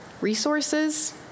Resources